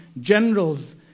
generals